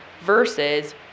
versus